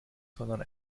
sondern